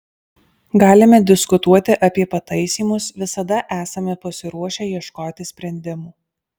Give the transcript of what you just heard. galime diskutuoti apie pataisymus visada esame pasiruošę ieškoti sprendimų